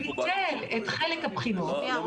--- שביטל את חלק הבחינות --- רגע,